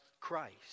Christ